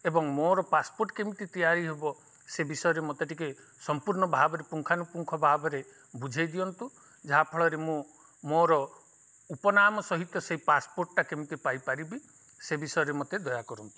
ଏବଂ ମୋର ପାସ୍ପୋର୍ଟ କେମିତି ତିଆରି ହେବ ସେ ବିଷୟରେ ମୋତେ ଟିକେ ସମ୍ପୂର୍ଣ୍ଣ ଭାବରେ ପୁଙ୍ଖାନୁପୁଙ୍ଖ ଭାବରେ ବୁଝେଇ ଦିଅନ୍ତୁ ଯାହାଫଳରେ ମୁଁ ମୋର ଉପନାମ ସହିତ ସେଇ ପାସ୍ପୋର୍ଟଟା କେମିତି ପାଇପାରିବି ସେ ବିଷୟରେ ମୋତେ ଦୟାକରନ୍ତୁ